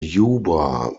juba